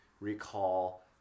recall